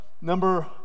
number